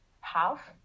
half